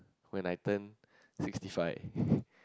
when I turn sixty five